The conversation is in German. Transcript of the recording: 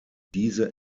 diese